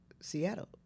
Seattle